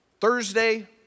Thursday